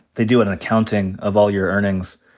they do an accounting of all your earnings.